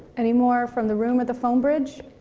anymore from the room or the phone bridge?